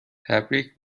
تبریک